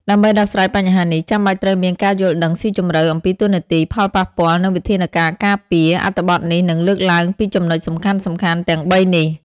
ដើម្បីដោះស្រាយបញ្ហានេះ ចាំបាច់ត្រូវមានការយល់ដឹងស៊ីជម្រៅអំពីតួនាទី ផលប៉ះពាល់ និងវិធានការការពារ។ អត្ថបទនេះនឹងលើកឡើងពីចំណុចសំខាន់ៗទាំងបីនេះ។